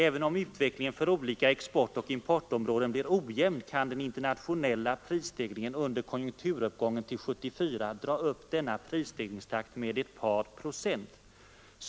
Även om utvecklingen för olika exportoch importområden blir ojämn, kan den internationella prisstegringen under konjunkturuppgången till 1974 dra upp denna prisstegringstakt med ett par procent.